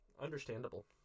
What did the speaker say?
Understandable